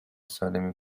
سالمی